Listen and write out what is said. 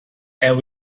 and